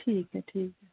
ठीक ऐ ठीक ऐ